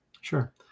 Sure